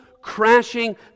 crashing